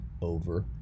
over